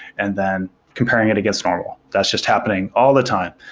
and then comparing it against normal. that's just happening all the time,